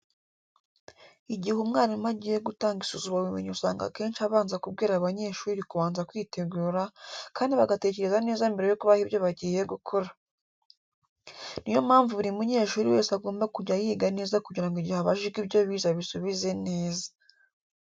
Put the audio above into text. Igihe umwarimu agiye gutanga isuzumabumenyi usanga akenshi abanza kubwira abanyeshuri kubanza kwitegura, kandi bagatekereza neza mbere yo kubaha ibyo bagiye gukora. Niyo mpamvu buri munyeshuri wese agomba kujya yiga neza kugira ngo igihe abajijwe ibyo bize abisubize neza.